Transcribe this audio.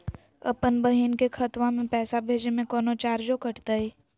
अपन बहिन के खतवा में पैसा भेजे में कौनो चार्जो कटतई?